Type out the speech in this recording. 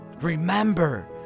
Remember